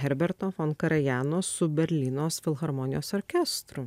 herberto fon karajano su berlynos filharmonijos orkestru